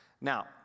Now